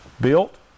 built